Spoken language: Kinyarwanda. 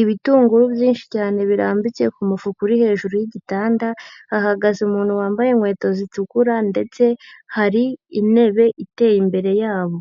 Ibitunguru byinshi cyane birambitse ku mufuka uri hejuru yigitanda, hahagaze umuntu wambaye inkweto zitukura ndetse, hari intebe iteye imbere yabo.